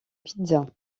pizza